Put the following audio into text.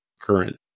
current